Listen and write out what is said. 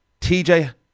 TJ